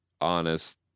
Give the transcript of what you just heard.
Honest